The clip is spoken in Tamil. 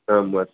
ஆமாம்